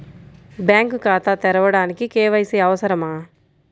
Bank ఖాతా తెరవడానికి KYC అవసరమా?